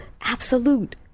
absolute